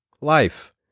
life